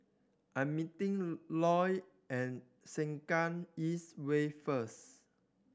I am meeting Loy at Sengkang East Way first